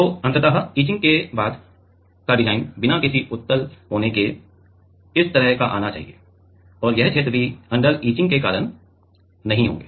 तो अंतत इचिंग के बाद का डिज़ाइन बिना किसी उत्तल कोने के इस तरह आना चाहिए और यह क्षेत्र भी अंडर इचिंग के कारण नहीं होंगे